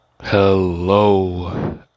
hello